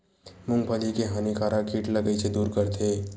मूंगफली के हानिकारक कीट ला कइसे दूर करथे?